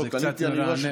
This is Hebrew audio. זה קצת מרענן.